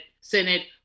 Senate